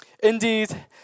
Indeed